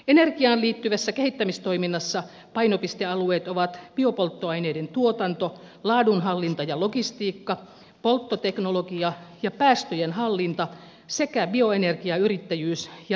energiaan liittyvässä kehittämistoiminnassa painopistealueet ovat biopolttoaineiden tuotanto laadunhallinta ja logistiikka polttoteknologia ja päästöjen hallinta sekä bioenergiayrittäjyys ja liiketoiminta